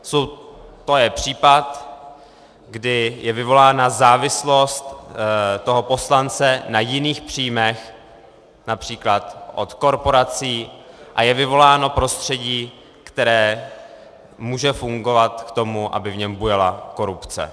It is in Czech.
To je případ, kdy je vyvolána závislost poslance na jiných příjmech, například od korporací, a je vyvoláno prostředí, které může fungovat k tomu, aby v něm bujela korupce.